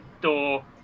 door